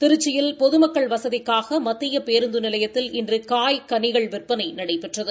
திருச்சியில் பொதுமக்கள் வசதிக்காக மத்திய பேருந்து நிலையத்தில் இன்று காய் களிகள் விற்பனை நடைபெற்றது